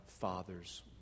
Father's